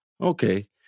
okay